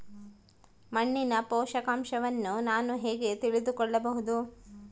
ಮಣ್ಣಿನ ಪೋಷಕಾಂಶವನ್ನು ನಾನು ಹೇಗೆ ತಿಳಿದುಕೊಳ್ಳಬಹುದು?